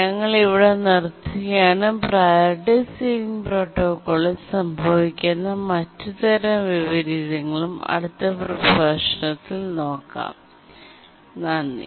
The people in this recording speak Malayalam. ഞങ്ങൾ ഇവിടെ നിർത്തുകയാണ് പ്രിയോറിറ്റി സീലിംഗ് പ്രോട്ടോകോളിൽ സംഭവിക്കാവുന്ന മറ്റ് തരം വിപരീതങ്ങളും അടുത്ത പ്രഭാഷണത്തിൽ ഞങ്ങൾ നോക്കും നന്ദി